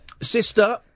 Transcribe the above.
sister